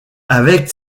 avec